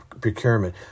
procurement